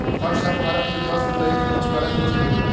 हर साल भारत मे दस जुलाई के मछुआरा दिवस मनेला